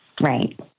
Right